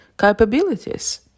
capabilities